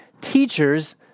teachers